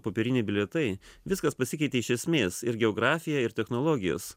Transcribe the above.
popieriniai bilietai viskas pasikeitė iš esmės ir geografija ir technologijos